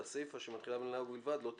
והסיפה שמתחילה במלה "ובלבד" לא תיקרא."